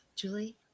Julie